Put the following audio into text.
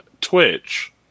Twitch